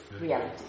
reality